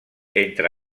entre